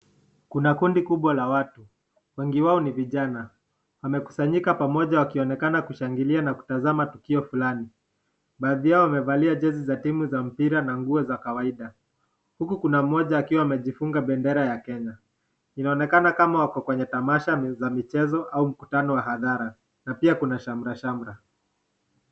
Kuna kundi kubwa la watu. Wengi wao ni vijana, wamekusanyika pamoja wakionekana kushangilia na kutazama tukio fulani. Baadhi yao wamevalia jezi za timu za mpira na nguo za kawaida. Huku kuna mmoja akiwa amejifunga bendera ya Kenya. Inaonekana kama wako kwenye tamasha za michezo au mkutano wa hadhara. Na pia kuna shamrashamra.